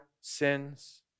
sins